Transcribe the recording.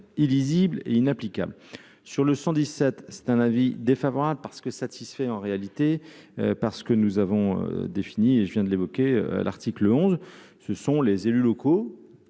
illisible et inapplicable sur le 117 c'est un avis défavorable parce que satisfait en réalité parce que nous avons défini et je viens de l'évoquer à l'article 11 ce sont les élus locaux